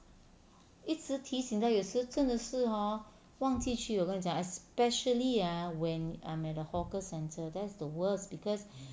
一直提醒的有时真的是 hor 忘记去我跟你讲 especially ah when I'm at a hawker centre that's the worst because